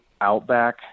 Outback